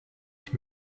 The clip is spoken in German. ich